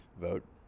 Vote